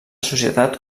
societat